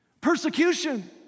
Persecution